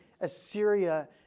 Assyria